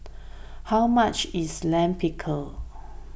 how much is Lime Pickle